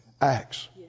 Acts